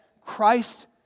Christ